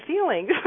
feelings